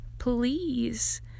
please